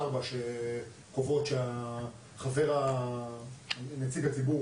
של ועדת האיתור,